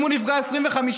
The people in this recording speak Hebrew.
אם הוא נפגע 25%,